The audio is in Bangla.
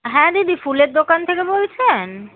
হ্যাঁ দিদি ফুলের দোকান থেকে বলছেন